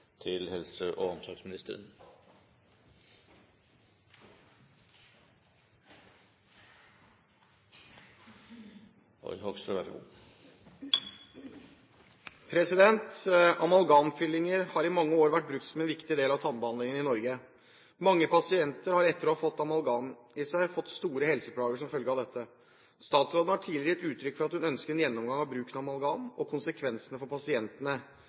har i mange år vært brukt som en viktig del av tannbehandlingen i Norge. Mange pasienter har etter å ha fått amalgam i seg fått store helseplager som følge av dette. Statsråden har tidligere gitt uttrykk for at hun ønsker en gjennomgang av bruken av amalgam, og konsekvensen for pasientene.